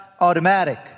automatic